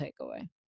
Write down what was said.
takeaway